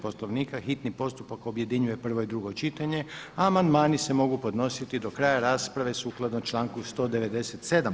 Poslovnika hitni postupak objedinjuje prvo i drugo čitanje a amandmani se mogu podnositi do kraja rasprave sukladno članku 197.